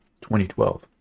2012